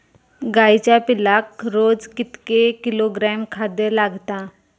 गाईच्या पिल्लाक रोज कितके किलोग्रॅम खाद्य लागता?